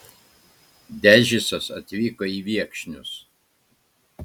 dežicas atvyko į viekšnius